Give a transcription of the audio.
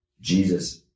Jesus